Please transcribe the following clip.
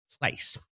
place